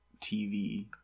TV